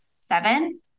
seven